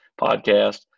podcast